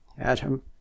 Adam